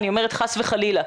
אני אומרת חס וחלילה,